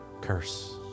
curse